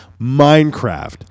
Minecraft